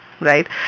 Right